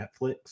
Netflix